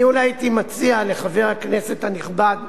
אני אולי הייתי מציע לחבר הכנסת הנכבד,